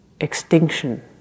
Extinction